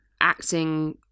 acting